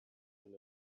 denn